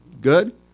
Good